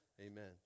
amen